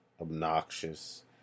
obnoxious